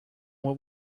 what